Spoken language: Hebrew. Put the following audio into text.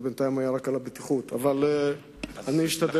בינתיים דיברתי רק על הבטיחות, אבל אני אשתדל.